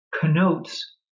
connotes